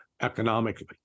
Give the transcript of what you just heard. economically